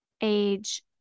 Age